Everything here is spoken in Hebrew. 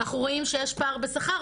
אנחנו רואים שיש פער בשכר,